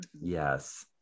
Yes